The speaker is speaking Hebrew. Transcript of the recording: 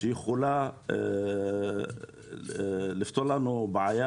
היא יכולה לפתור לנו בעיה,